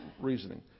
reasoning